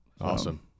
Awesome